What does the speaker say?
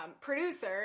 producer